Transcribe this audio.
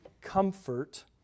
comfort